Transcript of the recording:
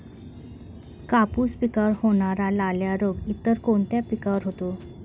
कापूस पिकावर होणारा लाल्या रोग इतर कोणत्या पिकावर होतो?